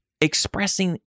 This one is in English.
expressing